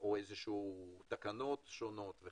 או תקנות שונות.